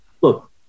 look